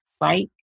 right